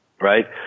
Right